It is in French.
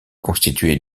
constituée